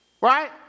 Right